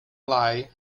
lai